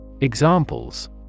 Examples